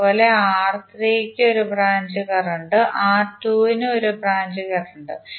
അതുപോലെ R3 കു 1 branch കറന്റും R2 ന് 1 ബ്രാഞ്ച് കറന്റും